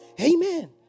Amen